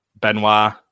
Benoit